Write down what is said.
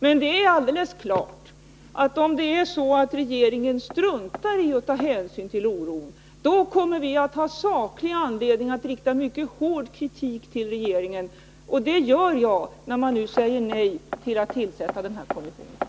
Men det är alldeles klart att om det är så att regeringen struntar i att ta hänsyn till oron, då kommer vi att ha saklig anledning att rikta mycket hård kritik mot regeringen, och det gör jag när man nu säger nej till att tillsätta den här kommissionen.